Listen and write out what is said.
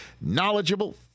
knowledgeable